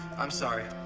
i'm sorry.